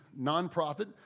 nonprofit